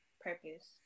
purpose